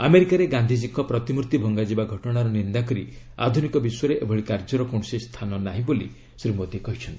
ଆମେରିକାରେ ଗାନ୍ଧିକୀଙ୍କ ପ୍ରତିମୂର୍ତ୍ତି ଭଙ୍ଗାଯିବା ଘଟଣାର ନିନ୍ଦା କରି ଆଧୁନିକ ବିଶ୍ୱରେ ଏଭଳି କାର୍ଯ୍ୟର କୌଣସି ସ୍ଥାନ ନାହିଁ ବୋଲି ଶ୍ରୀ ମୋଦି କହିଛନ୍ତି